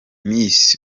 miss